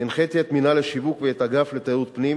הנחיתי את מינהל השיווק ואת האגף לתיירות פנים